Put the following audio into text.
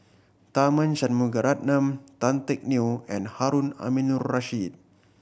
Tharman Shanmugaratnam Tan Teck Neo and Harun Aminurrashid